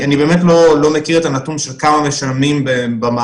אני באמת לא מכיר את הנתון של כמה משלמים במעבדה